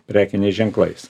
prekiniais ženklais